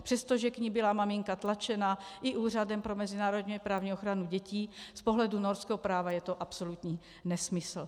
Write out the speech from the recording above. Přestože k ní byla maminka tlačena i Úřadem pro mezinárodněprávní ochranu dětí, z pohledu norského práva je to absolutní nesmysl.